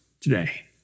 today